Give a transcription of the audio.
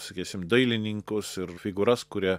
sakysim dailininkus ir figūras kurią